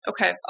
okay